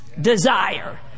desire